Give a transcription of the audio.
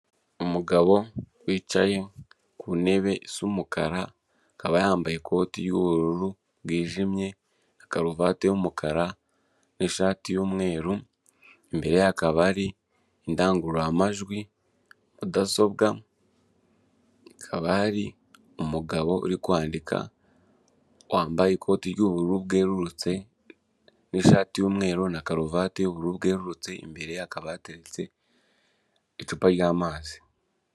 Umugabo wicaye ku ntebe isa umukara, akaba yambaye ikoti ry'ubururu bwijimye na karuvati y'umukara, n'ishati y'umweru imbere ye hakaba hari indangururamajwi, mudasobwa, haaba hari umugabo uri kwandika wambaye ikoti ry'ubururu bwerurutse, n'ishati y'umweru na karuvati y'ubururu bwerurutse, imbere hakaba hatetse icupa ry'amazi.